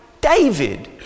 David